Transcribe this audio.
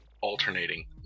alternating